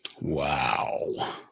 Wow